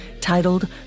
titled